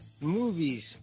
movies